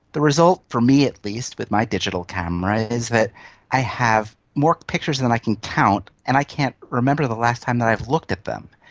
the result, for me at least with my digital camera, is that i have more pictures than i can count and i can't remember the last time that i've looked at them.